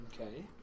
Okay